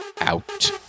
out